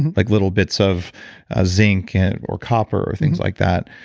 like little bits of ah zinc and or copper or things like that.